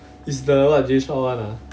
is the what jay chou one ah